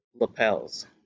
lapels